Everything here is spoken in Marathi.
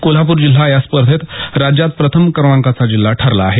कोल्हापूर जिल्हा या स्पर्धेत राज्यात प्रथम क्रमांकाचा जिल्हा ठरला आहे